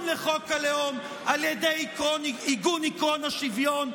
לחוק הלאום על ידי עיגון עקרון השוויון.